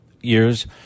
years